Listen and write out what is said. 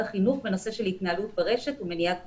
החינוך בנושא התנהלות ברשת ומניעת פגיעה.